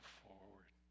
forward